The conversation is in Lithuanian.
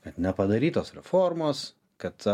kad nepadarytos reformos kad